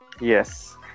Yes